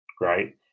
Right